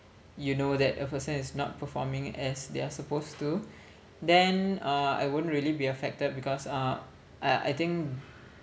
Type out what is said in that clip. you know that a person is not performing as they are supposed to then uh I won't really be affected because uh I I think